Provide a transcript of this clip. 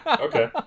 okay